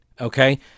Okay